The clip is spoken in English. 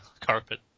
carpet